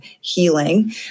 healing